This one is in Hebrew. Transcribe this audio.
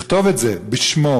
לכתוב את זה בשמו,